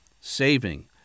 saving